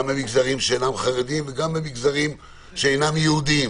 גם במגזרים שאינם חרדים וגם ב שאינם יהודיים